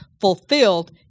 fulfilled